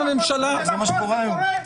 זה מה שבפועל קורה.